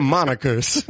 Monikers